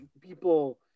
people